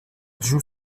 joue